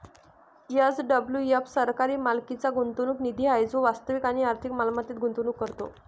SWF सरकारी मालकीचा गुंतवणूक निधी आहे जो वास्तविक आणि आर्थिक मालमत्तेत गुंतवणूक करतो